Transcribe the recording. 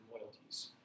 loyalties